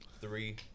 Three